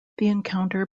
encounter